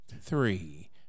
three